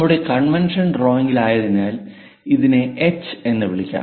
നമ്മുടെ കൺവെൻഷൻ ഡ്രോയിംഗിലായതിനാൽ ഇതിനെ എച്ച് എന്ന് വിളിക്കാം